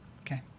Okay